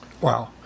wow